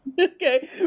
Okay